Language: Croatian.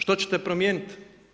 Što ćete promijeniti?